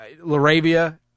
LaRavia